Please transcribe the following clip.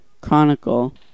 Chronicle